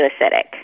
acidic